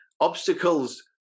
obstacles